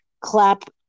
clap